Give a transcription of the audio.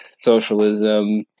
socialism